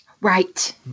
right